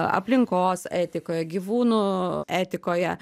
aplinkos etikoje gyvūnų etikoje